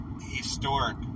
historic